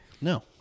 No